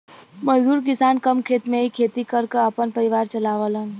मजदूर किसान कम खेत में ही खेती कर क आपन परिवार चलावलन